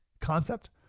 concept